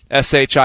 SHI